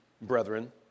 brethren